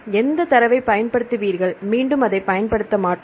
எந்த தரவை பயன்படுத்துவீர்கள் மீண்டும் அதைப் பயன்படுத்த மாட்டோம்